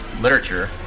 literature